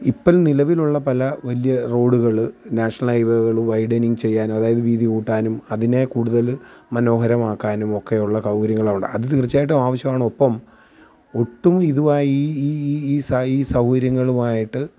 ഇപ്പം നിലവിലുള്ള പല വലിയ റോഡുകൾ നാഷണൽ ഹൈവേകൾ വൈഡനിങ്ങ് ചെയ്യാനും അതായത് വീതി കൂട്ടാനും അതിനെ കൂടുതൽ മനോഹരമാക്കാനും ഒക്കെയുള്ള സൗകര്യങ്ങളവിടെ അത് തീർച്ചയായിട്ടും ആവശ്യമാണ് ഒപ്പം ഒട്ടും ഇതുമായി ഈ ഈ ഈ ഈ ഈ സൗകര്യങ്ങളുമായിട്ട്